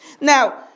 Now